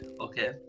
Okay